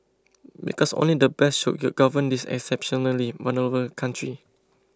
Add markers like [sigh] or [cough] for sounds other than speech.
because only the best should [noise] govern this exceptionally vulnerable country